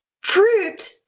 fruit